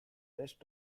rest